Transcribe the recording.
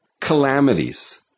calamities